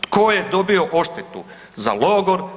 Tko je dobio odštetu za logor?